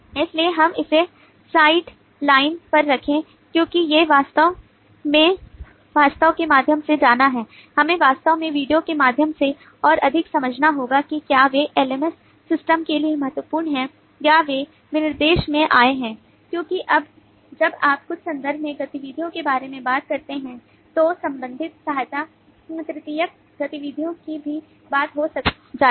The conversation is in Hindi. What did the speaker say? इसलिए हम उन्हें साइड लाइन पर रख रहे हैं क्योंकि हमें वास्तव में दस्तावेज़ के माध्यम से जाना है हमें वास्तव में वीडियो के माध्यम से और अधिक समझना होगा कि क्या वे LMS सिस्टम के लिए महत्वपूर्ण हैं या वे विनिर्देश में आए हैं क्योंकि जब आप कुछ संदर्भ में गतिविधियों के बारे में बात करते हैं तो संबंधित सहायक तृतीयक गतिविधियों की भी बात हो जाती है